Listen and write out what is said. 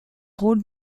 rôle